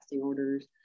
orders